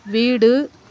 வீடு